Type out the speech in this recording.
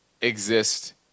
exist